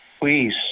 Please